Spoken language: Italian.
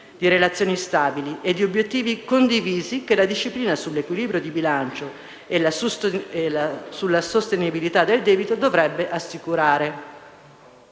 di relazioni stabili e di obiettivi condivisi che la disciplina sull'equilibrio di bilancio e sulla sostenibilità del debito dovrebbe assicurare.